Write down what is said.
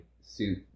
suit